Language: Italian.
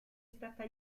stata